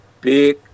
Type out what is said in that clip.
big